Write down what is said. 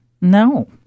No